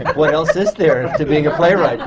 what else is there to being a playwright